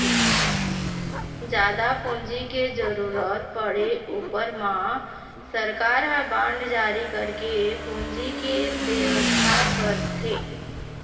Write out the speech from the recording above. जादा पूंजी के जरुरत पड़े ऊपर म सरकार ह बांड जारी करके पूंजी के बेवस्था करथे